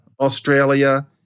Australia